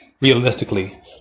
realistically